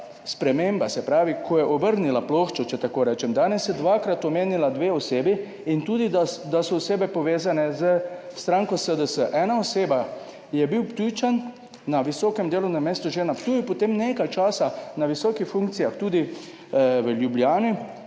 sprememba, se pravi, ko je obrnila ploščo, če tako rečem, danes je dvakrat omenila dve osebi in tudi, da so osebe povezane s stranko SDS. Ena oseba je bil Ptujčan na visokem delovnem mestu že na Ptuju, potem nekaj časa na visokih funkcijah tudi v Ljubljani,